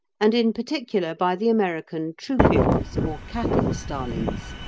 and in particular by the american troupials, or cattle-starlings.